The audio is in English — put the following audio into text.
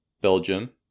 Belgium